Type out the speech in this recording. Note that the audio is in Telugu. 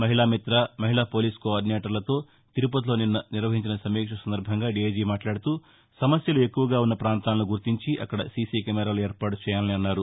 మహిళామిత్ర మహిళా పోలీసు కోఆర్దినేటర్లతో తిరుపతిలో నిన్న నిర్వహించిన సమీక్ష సందర్బంగా డీఐజీ మాట్లాడుతూ సమస్యలు ఎక్కువగా ఉన్న ప్రాంతాలను గుర్తించి అక్కడ సీసీ కెమెరాలు ఏర్పాటు చేయాలని అన్నారు